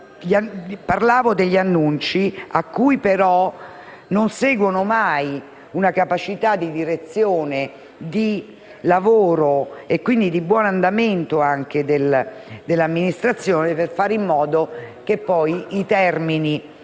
Parlavo degli annunci, a cui però non segue mai una capacità di direzione del lavoro e quindi di buon andamento dell'amministrazione per fare in modo che poi i termini